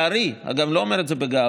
לצערי, אגב, אני לא אומר את זה בגאווה,